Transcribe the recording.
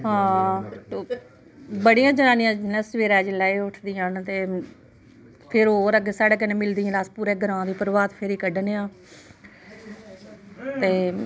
हां बड़ियां जनानियां नै सवेरै जिल्लै एह् उट्ठदियां नै तै फिर होर अग्गैं साढ़ै कन्नै मिलदियां न अस पूरै ग्रांऽ दी प्रभाप फेरी कड्डने आं ते